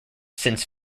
since